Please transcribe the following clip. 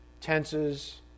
tenses